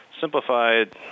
Simplified